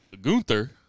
Gunther